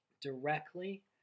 directly